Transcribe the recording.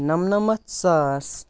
نمنَمَتھ ساس